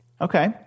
Okay